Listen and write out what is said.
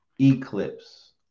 eclipse